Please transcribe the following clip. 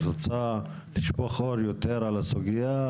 את רוצה לשפוך אור יותר על הסוגייה,